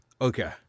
Okay